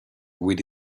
with